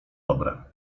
dobre